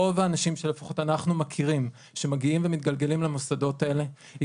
רוב האנשים שלפחות אנחנו מכירים שמגיעים ומתגלגלים למוסדות האלה היא